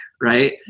right